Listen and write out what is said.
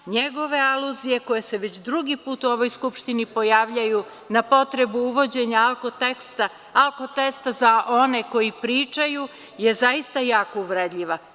Njegove aluzije koje se već drugi put u ovoj Skupštini ponavljaju na potrebu uvođenja alko-testa za one koji pričaju je zaista jako uvredljiva.